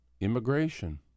immigration